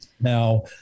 Now